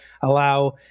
allow